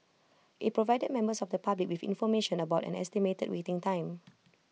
IT provided members of the public with information about an estimated waiting time